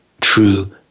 true